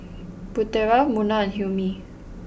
Putera Munah and Hilmi